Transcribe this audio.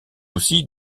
aussi